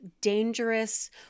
dangerous